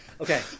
Okay